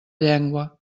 llengua